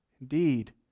Indeed